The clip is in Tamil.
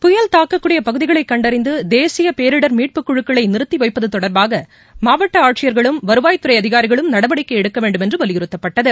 புயல் தாக்கக்கூடிய பகுதிகளை கண்டறிந்து தேசிய பேரிடர் மீட்புக் குழுக்களை நிறுத்தி வைப்பது தொடர்பாக மாவட்ட ஆட்சியர்களும் வருவாய் துறை அதிகாரிகளும் நடவடிக்கை எடுக்க வேண்டும் என்று வலியுறுத்தப்பட்டது